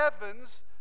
heavens